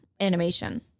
animation